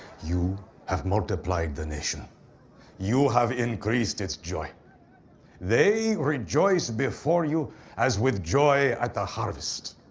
you have multiplied the nation you have increased its joy they rejoice before you as with joy at the harvest,